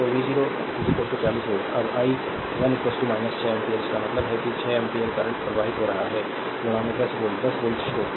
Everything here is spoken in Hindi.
स्लाइड टाइम देखें 2053 तो v0 40 वोल्ट अब आई 1 6 एम्पीयर इसका मतलब है कि 6 एम्पियर करंट प्रवाहित हो रहा है 10 वोल्ट 10 वोल्ट स्रोत